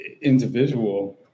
individual